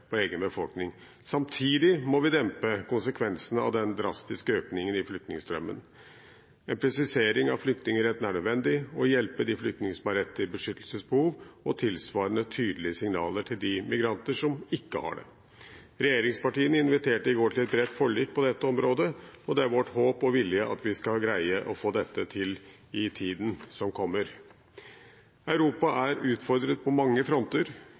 på egen befolkning. Samtidig må vi dempe konsekvensene av den drastiske økningen i flyktningstrømmen. En presisering av flyktningretten er nødvendig og å hjelpe de flyktningene som har beskyttelsesbehov, og man må sende tilsvarende tydelige signaler til de migranter som ikke har det. Regjeringspartiene inviterte i går til et bredt forlik på dette området, og det er vårt håp og vår vilje at vi skal greie å få til dette i tiden som kommer. Europa er utfordret på mange fronter.